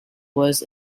was